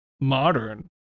modern